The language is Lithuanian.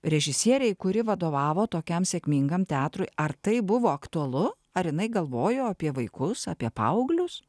režisierei kuri vadovavo tokiam sėkmingam teatrui ar tai buvo aktualu ar jinai galvojo apie vaikus apie paauglius